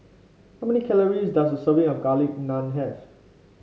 how many calories does a serving of Garlic Naan have